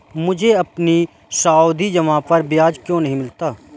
मुझे अपनी सावधि जमा पर ब्याज क्यो नहीं मिला?